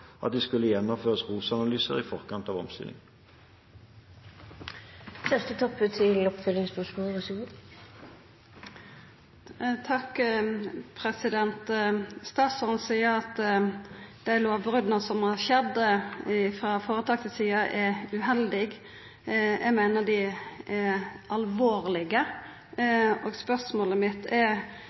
at det skulle gjennomføres ROS-analyser i forkant av omstilling. Statsråden seier at dei lovbrota som har skjedd frå føretaket si side, er «uheldig». Eg meiner dei er alvorlege, og spørsmålet mitt er